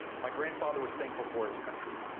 my grandfather was thankful for his country.